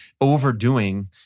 overdoing